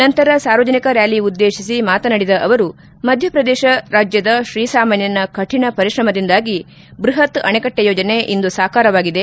ನಂತರ ಸಾರ್ವಜನಿಕ ರ್ಾಲಿ ಉದ್ದೇಶಿಸಿ ಮಾತನಾಡಿದ ಅವರು ಮಧ್ಯಪ್ರದೇಶ ರಾಜ್ಯದ ಶ್ರೀಸಾಮಾನ್ಲನ ಕಠಿಣ ಪರಿಶ್ರಮದಿಂದಾಗಿ ಬ್ಲಹತ್ ಅಣೆಕಟ್ಟೆ ಯೋಜನೆ ಇಂದು ಸಾಕಾರವಾಗಿದೆ